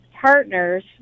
partners